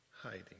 hiding